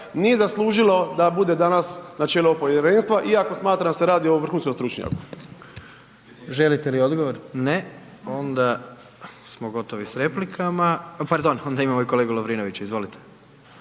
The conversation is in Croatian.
nije zaslužilo da bude danas na čelu ovog povjerenstva iako smatram da se radi o vrhunskom stručnjaku. **Jandroković, Gordan (HDZ)** Želite li odgovor? Ne. Onda smo gotovi s replikama, pardon, onda imamo kolegu Lovrinovića, izvolite.